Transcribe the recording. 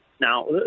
Now